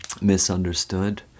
misunderstood